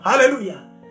Hallelujah